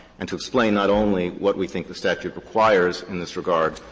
and to explain not only what we think the statute requires in this regard,